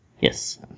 Yes